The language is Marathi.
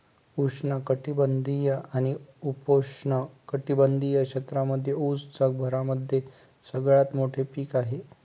उष्ण कटिबंधीय आणि उपोष्ण कटिबंधीय क्षेत्रांमध्ये उस जगभरामध्ये सगळ्यात मोठे पीक आहे